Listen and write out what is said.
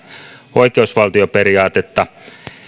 oikeusvaltioperiaatetta